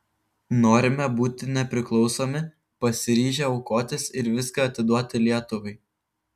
norime būti nepriklausomi pasiryžę aukotis ir viską atiduoti lietuvai